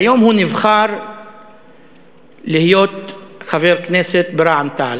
כיום הוא נבחר להיות חבר כנסת ברע"ם-תע"ל.